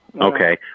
Okay